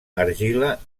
argila